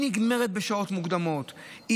היא נגמרת בשעות מוקדמות,